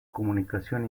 comunicación